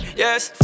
yes